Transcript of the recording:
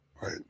right